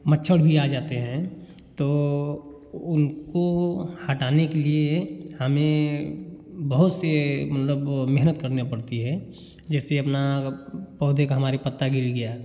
मच्छर भी आ जाते हैं तो उ उनको हटाने के लिए हमें बहुत से मतलब वो मेहनत करनी पड़ती है जैसे अपना पौधे का हमारे पत्ता गिर गया